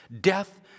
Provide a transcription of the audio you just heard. death